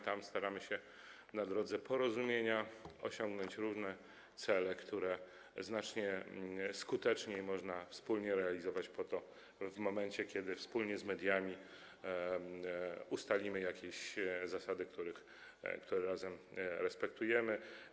Tam staramy się na drodze porozumienia osiągnąć różne cele, które znacznie skuteczniej można wspólnie realizować w momencie, kiedy wspólnie z mediami ustalimy jakieś zasady, które razem respektujemy.